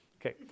Okay